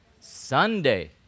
Sunday